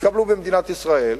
יתקבלו במדינת ישראל.